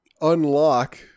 unlock